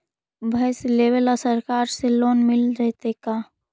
भैंस लेबे ल सरकार से लोन मिल जइतै का?